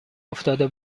افتاده